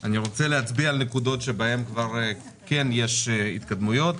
אני רוצה להצביע על נקודות שבהם כבר כן יש התקדמויות